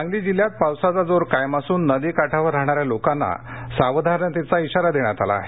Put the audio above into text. सांगली जिल्ह्यात पावसाचा जोर कायम असून नदीकाठावर राहणाऱ्या लोकांना सावधानतेचा इशारा देण्यात आला आहे